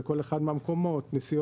אזי באתר אחד זה 68 שקלים ובאתר שני זה 80